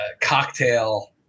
cocktail